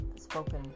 spoken